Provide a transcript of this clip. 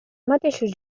mateixos